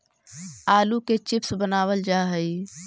आलू के चिप्स बनावल जा हइ